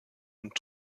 und